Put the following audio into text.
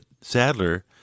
Sadler